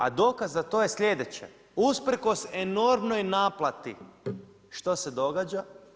A dokaz za to je sljedeće, usprkos enormnoj naplati, što se događa?